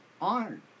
honored